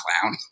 clown